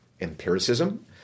empiricism